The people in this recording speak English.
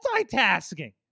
multitasking